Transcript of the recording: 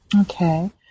Okay